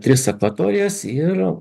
tris akvatorijas ir